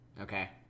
Okay